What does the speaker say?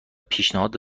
پیشنهاد